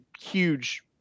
huge